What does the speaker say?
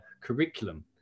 curriculum